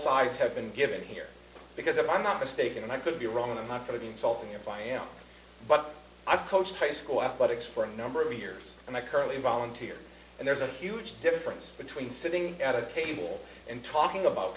sides have been given here because i'm not mistaken and i could be wrong i'm not going to be insulted here by yeah but i've coached high school athletics for a number of years and i currently volunteer and there's a huge difference between sitting at a table and talking about